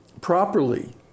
properly